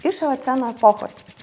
iš eoceno epochos